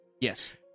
Yes